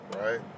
right